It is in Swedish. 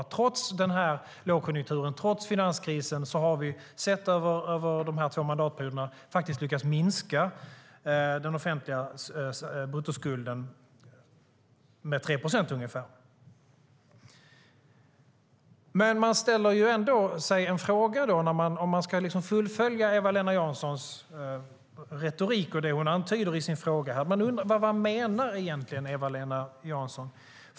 Trots lågkonjunktur och finanskris har vi under dessa två mandatperioder lyckats minska den offentliga bruttoskulden med ungefär 3 procent. Vad menar Eva-Lena Jansson egentligen med sin retorik och med det hon antyder i sin fråga?